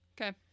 Okay